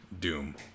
Doom